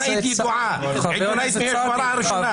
ידועה, מהשורה הראשונה.